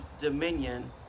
dominion